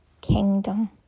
kingdom